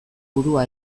burua